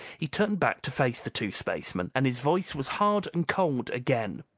he turned back to face the two spacemen, and his voice was hard and cold again.